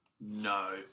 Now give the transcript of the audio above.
no